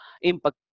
impact